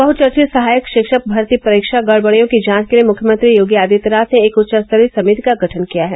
बहुचर्चित सहायक शिक्षक भर्ती परीक्षा गड़बड़ियों की जांच के लिए मुख्यमंत्री योगी आदित्यनाथ ने एक उच्चस्तरीय समिति का गठन किया है